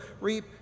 reap